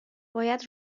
باید